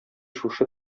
шушы